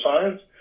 science